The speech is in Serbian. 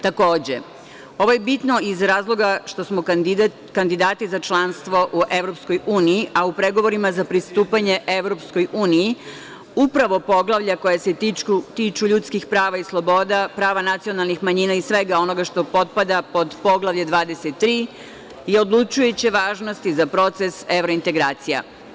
Takođe, ovo je bitno iz razloga što smo kandidati za članstvo u EU, a u pregovorima za pristupanje EU upravo poglavlja koja se tiču ljudskih prava i sloboda, prava nacionalnih manjina i svega onoga što potpada pod Poglavlje 23 i odlučujuće važnosti za proces evrointegracija.